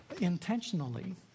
intentionally